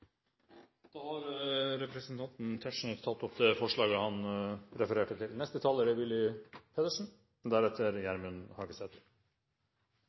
Da har representanten Bendiks H. Arnesen tatt det forslaget han refererte til.